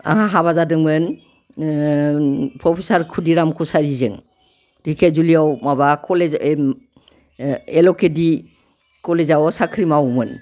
आंहा हाबा जादोंमोन प्रफेसार खुदिराम कसारिजों धेकियाजुलियाव माबा कलेज एअकेडि कलेजाव साख्रि मावोमोन